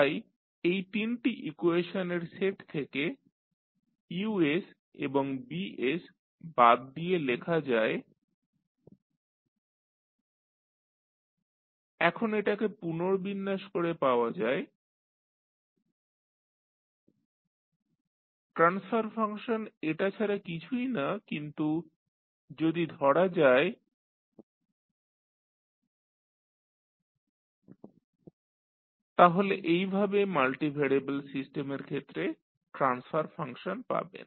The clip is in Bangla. তাই এই তিনটি ইকুয়েশনের সেট থেকে U এবং B বাদ দিয়ে লেখা যায় YsGsRs GsHsYs এখন এটাকে পুনর্বিন্যাস করে পাওয়া যায় YsIGsHs 1GsRs ট্রানস্ফার ফাংশন এটা ছাড়া কিছুই না কিন্তু যদি ধরা যায় YsRsM MsIGsHs 1Gs তাহলে এইভাবে মাল্টিভ্যারিয়েবল সিস্টেমের ক্ষেত্রে ট্রান্সফার ফাংশন পাবেন